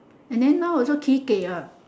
and then now also